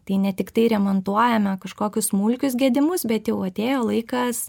tai ne tiktai remontuojame kažkokius smulkius gedimus bet jau atėjo laikas